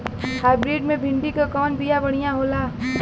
Hybrid मे भिंडी क कवन बिया बढ़ियां होला?